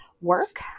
work